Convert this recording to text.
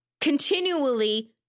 continually